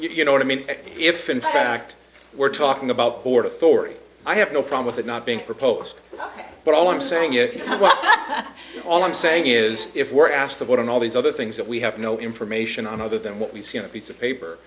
you know what i mean if in fact we're talking about port authority i have no problem with not being proposed but all i'm saying if you know what all i'm saying is if we're asked to vote on all these other things that we have no information on other than what we see on a piece of paper